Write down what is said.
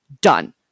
done